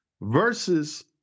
versus